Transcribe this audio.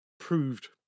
Proved